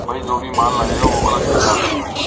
भाई जो भी माल लगेगा वो अलग से चार्ज होगा